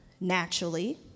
naturally